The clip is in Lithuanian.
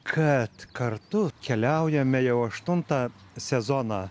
kad kartu keliaujame jau aštuntą sezoną